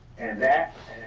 and that,